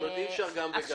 זאת אומרת, אי אפשר גם וגם.